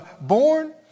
born